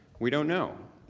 we don't know.